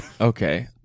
okay